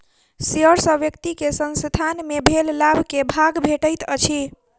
share सॅ व्यक्ति के संसथान मे भेल लाभ के भाग भेटैत अछि